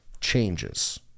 changes